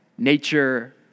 Nature